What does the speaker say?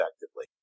effectively